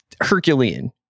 Herculean